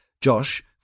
Josh